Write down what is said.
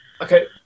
Okay